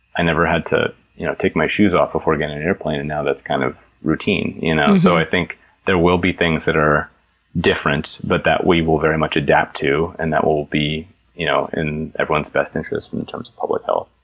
i never had to take my shoes off before getting on an airplane and now that's kind of routine, you know? so, i think there will be things that are different, but that we will very much adapt too. and that will will be you know in everyone's best interest in terms of public health.